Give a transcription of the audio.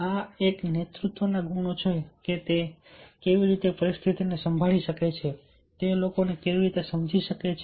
આ એક નેતૃત્વના ગુણો છે કે તે કેવી રીતે પરિસ્થિતિને સંભાળી શકે છે તે લોકોને કેવી રીતે સમજી શકે છે